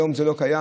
היום זה לא קיים.